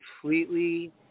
completely